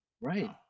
Right